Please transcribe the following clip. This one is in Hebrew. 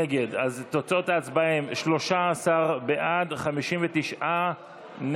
נגד, אז תוצאות ההצבעה הן 13 בעד, 59 נגד.